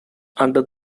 under